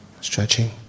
stretching